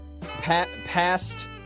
Past